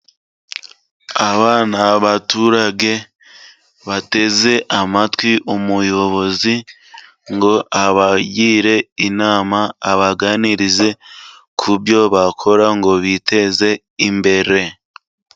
Aba ni abaturage bateze amatwi umuyobozi ngo abagire inama abaganirize ku byo bakora ngo biteze imbere.